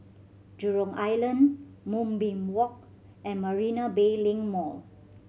Jurong Island Moonbeam Walk and Marina Bay Link Mall